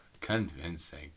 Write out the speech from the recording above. convincing